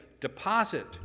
deposit